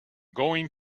going